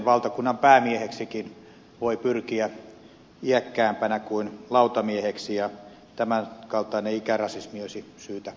valtakunnan päämieheksikin voi pyrkiä iäkkäämpänä kuin lautamieheksi ja tämän kaltainen ikärasismi olisi syytä kitkeä pois